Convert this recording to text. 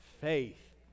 faith